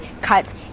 cut